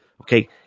Okay